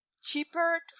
cheaper